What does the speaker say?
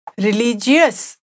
Religious